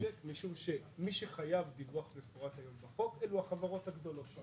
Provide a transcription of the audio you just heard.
במשק משום שמי שחייב דיווח, אלו החברות הגדולות.